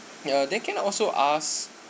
ya then can also ask